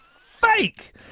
fake